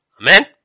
Amen